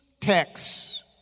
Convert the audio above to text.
text